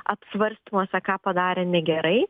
apsvarstymuose ką padarė negerai